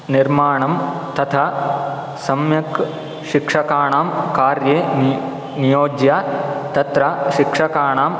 निर्माणं तथा सम्यक् शिक्षकाणां कार्ये नि नियोज्य तत्र शिक्षकाणां